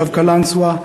תושב קלנסואה,